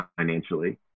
financially